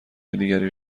دیگری